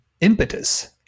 impetus